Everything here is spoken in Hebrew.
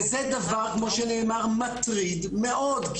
זה דבר שכמו שנאמר הוא מטריד מאוד.